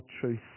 truth